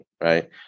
right